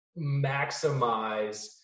maximize